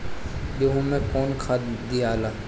गेहूं मे कौन खाद दियाला?